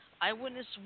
Eyewitness